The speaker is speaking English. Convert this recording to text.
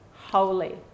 holy